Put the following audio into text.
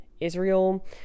Israel